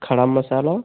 खड़ा मसाला